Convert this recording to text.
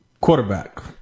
Quarterback